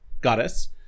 goddess